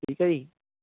ਠੀਕ ਹੈ ਜੀ